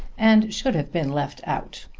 and should have been left out.